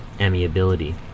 amiability